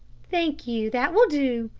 thank you, that will do,